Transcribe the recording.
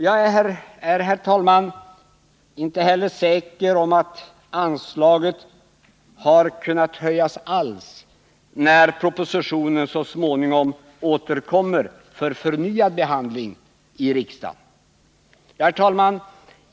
Jag är, herr talman, inte heller säker på att anslaget alls har kunnat höjas när propositionen så småningom återkommer för förnyad behandling i riksdagen. Herr talman!